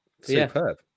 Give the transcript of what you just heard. Superb